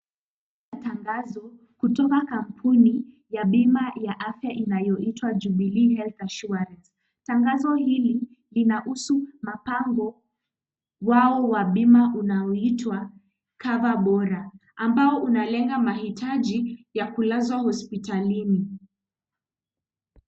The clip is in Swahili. Tangazo kutoka kampuni ya bima ya afya inayoitwa Jubilee Health Insurance. Tangazo hili linahusu mapango wao wa bima, unaoitwa, Cover Bora, ambao unalenga mahitaji ya kulazwa hospitalini.